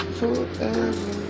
forever